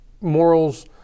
morals